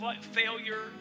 failure